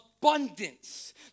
abundance